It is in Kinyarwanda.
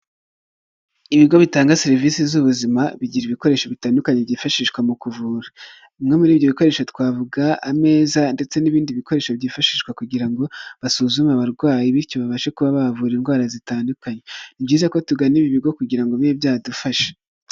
Ibigo bitanga serivisi z'ubuzima, bigira ibikoresho bitandukanye byifashishwa mu kuvura, bimwe muri ibyo bikoresho twavuga ameza ndetse n'ibindi bikoresho byifashishwa kugira ngo basuzume abarwayi, bityo babashe kuba bavura indwara zitandukanye, ni byiza ko tugana ibi bigo kugira ngo bibe byadufasha.